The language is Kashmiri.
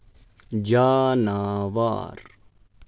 جاناوار